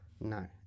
No